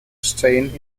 staying